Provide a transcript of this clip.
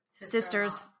sister's